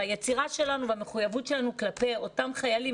והיצירה שלנו והמחויבות שלנו כלפי אותם חיילים